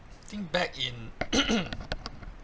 think back in